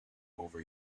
over